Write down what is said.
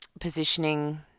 positioning